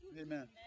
Amen